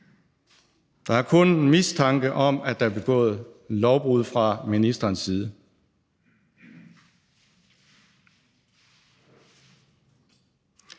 Der er kun en mistanke om, at der er begået lovbrud fra ministerens side,